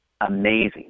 amazing